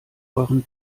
euren